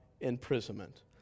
imprisonment